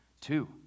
Two